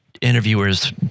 interviewers